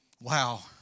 wow